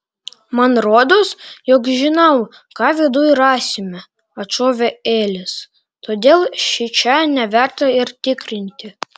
man rodos jog žinau ką viduj rasime atšovė elis todėl šičia neverta ir tikrinti